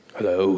Hello